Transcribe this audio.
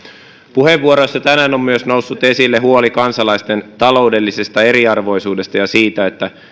puheenvuoroissa tänään on myös noussut esille huoli kansalaisten taloudellisesta eriarvoisuudesta ja siitä että